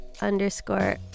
underscore